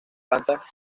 plantas